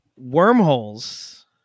wormholes